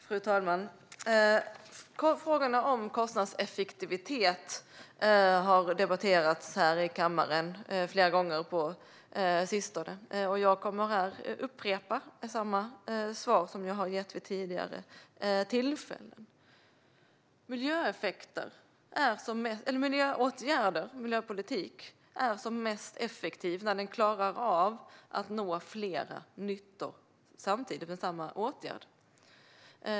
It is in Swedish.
Fru talman! Frågorna om kostnadseffektivitet har debatterats här i kammaren flera gånger på sistone, och jag kommer att upprepa samma svar som jag har gett vid tidigare tillfällen. Miljöpolitik är som mest effektiv när den klarar av att nå flera nyttor samtidigt med samma åtgärd.